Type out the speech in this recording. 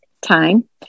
time